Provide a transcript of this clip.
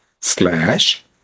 slash